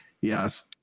Yes